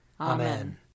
Amen